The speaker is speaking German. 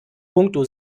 puncto